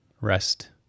Rest